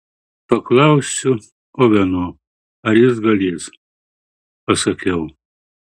paklausiu oveno ar jis galės pasakiau